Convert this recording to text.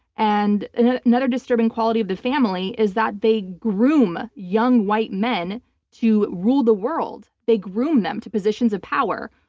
and another disturbing quality of the family is that they groom young white men to rule the world. they groom them to positions of power.